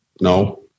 No